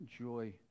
joy